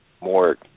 more